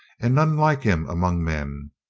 and none like him among men.